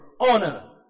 honor